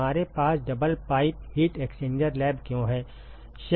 हमारे पास double pipe heat exchanger lab क्यों है